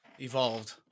evolved